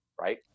right